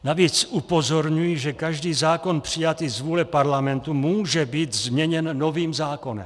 Navíc upozorňují, že každý zákon přijatý z vůle Parlamentu může být změněn novým zákonem.